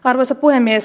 arvoisa puhemies